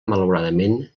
malauradament